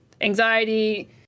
anxiety